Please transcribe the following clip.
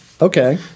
Okay